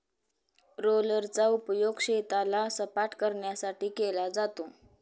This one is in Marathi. रोलरचा उपयोग शेताला सपाटकरण्यासाठी केला जातो